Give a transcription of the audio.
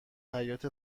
حیاط